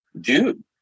Dude